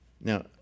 Now